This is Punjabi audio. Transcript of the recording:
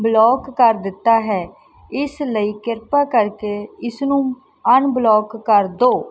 ਬਲੋਕ ਕਰ ਦਿੱਤਾ ਹੈ ਇਸ ਲਈ ਕਿਰਪਾ ਕਰਕੇ ਇਸ ਨੂੰ ਅਨਬਲੋਕ ਕਰ ਦੋ